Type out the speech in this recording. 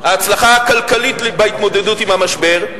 ההצלחה הכלכלית בהתמודדות עם המשבר,